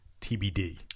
TBD